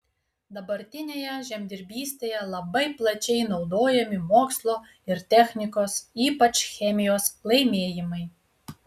dabartinėje žemdirbystėje labai plačiai naudojami mokslo ir technikos ypač chemijos laimėjimai